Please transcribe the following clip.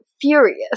furious